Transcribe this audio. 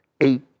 eight